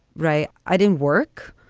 right. i didn't work.